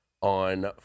on